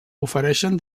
ofereixen